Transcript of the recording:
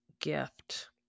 gift